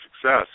success